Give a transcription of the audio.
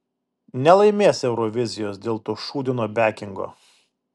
nelaimės eurovizijos dėl to šūdino bekingo